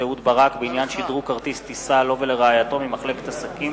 אהוד ברק בעניין שדרוג כרטיס טיסה לו ולרעייתו ממחלקת עסקים